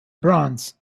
bronze